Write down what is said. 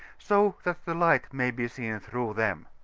so that the light may be seen through them.